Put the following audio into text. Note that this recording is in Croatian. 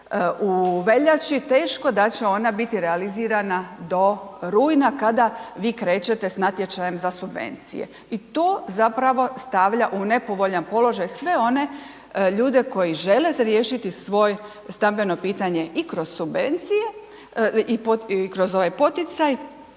u veljači, teško da će ona biti realizirana do rujna kada vi krećete s natječajem za subvencije. I to zapravo stavlja u nepovoljan položaj sve one ljude koji žele se riješiti svoj stambeno pitanje i kroz subvencije i kroz ovaj poticaj,